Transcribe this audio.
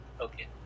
Okay